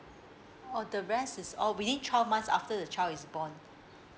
oh the rest is all within twelve months after the child is born